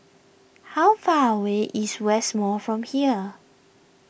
how far away is West Mall from here